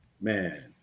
man